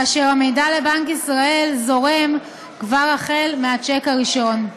כאשר המידע לבנק ישראל זורם כבר החל מהשיק הראשון.